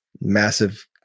massive